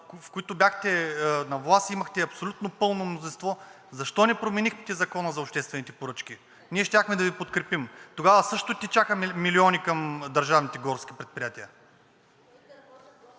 в които бяхте на власт и имахте абсолютно пълно мнозинство, защо не променихте Закона за обществените поръчки? Ние щяхме да Ви подкрепим – тогава също течаха милиони към държавните горски предприятия.